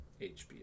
HBO